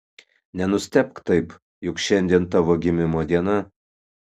nenustebk taip juk šiandien tavo gimimo diena